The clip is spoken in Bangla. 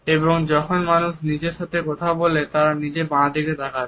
এবং যখন মানুষ নিজের সাথে কথা বলে তারা নিচে বাঁ দিকে তাকাবে